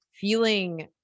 feeling